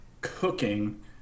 cooking